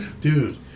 Dude